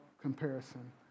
comparison